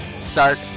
start